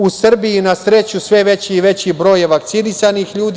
U Srbiji, na sreću, sve veći i veći broj je vakcinisanih ljudi.